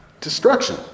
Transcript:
destruction